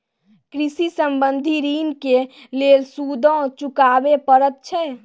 कृषि संबंधी ॠण के लेल सूदो चुकावे पड़त छै?